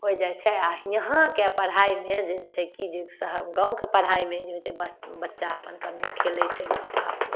होइ जाइ छै आओर हिआँके पढ़ाइमे जे छै कि जे गामके पढ़ाइमे जे होइ छै बच्चा अपन केनहु खेलै छै बच्चा अपन